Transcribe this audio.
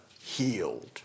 healed